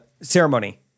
ceremony